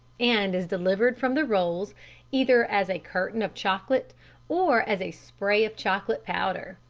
and is delivered from the rolls either as a curtain of chocolate or as a spray of chocolate powder.